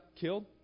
killed